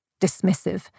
dismissive